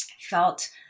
felt